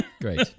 Great